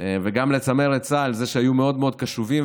וגם לצמרת צה"ל על כך שהיו מאוד מאוד קשובים,